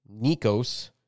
Nikos